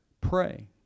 Pray